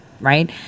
Right